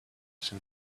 some